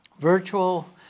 virtual